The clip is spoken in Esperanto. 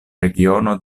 regiono